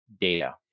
data